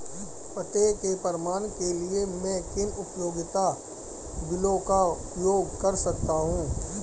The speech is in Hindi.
पते के प्रमाण के लिए मैं किन उपयोगिता बिलों का उपयोग कर सकता हूँ?